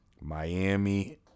Miami